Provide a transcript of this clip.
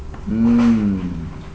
mm